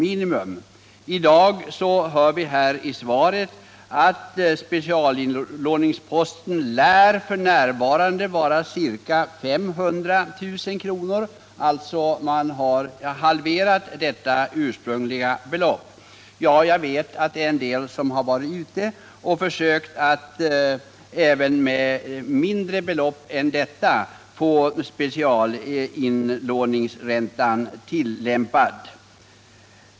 I dag hör vi i svaret att minimum för specialinlåningsposten f.n, lär vara ca 500 000 kr. Man har alltså halverat det ursprungliga beloppet. Jag vet att det är en del som försökt att även med mindre belopp än detta få specialinlåningsränta tillämpad.